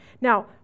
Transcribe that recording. Now